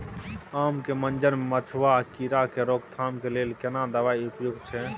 आम के मंजर में मधुआ कीरा के रोकथाम के लेल केना दवाई उपयुक्त छै?